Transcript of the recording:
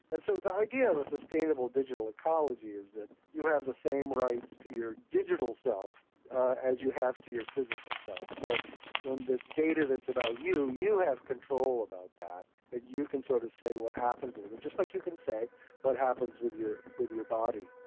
and so the idea of a sustainable digital ecology is that you have the same rights to your digital self as you have to your physical self. so when there's data that's about you, you have control about that, that you can sort of say what happens with it, just like you can say what happens with your with your body.